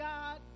God